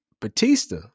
Batista